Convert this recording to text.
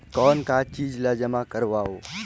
कौन का चीज ला जमा करवाओ?